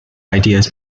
ideas